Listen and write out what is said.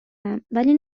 ام، ولی